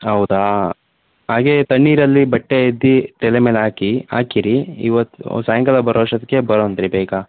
ಹೌದಾ ಹಾಗೆ ತಣ್ಣೀರಲ್ಲಿ ಬಟ್ಟೆ ಅದ್ದಿ ತಲೆ ಮೇಲೆ ಹಾಕಿ ಹಾಕಿರಿ ಇವತ್ತು ಸಾಯಂಕಾಲ ಬರೋವಷ್ಟೊತ್ತಿಗೆ ಬರೊಂದ್ರಿ ಬೇಗ